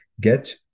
get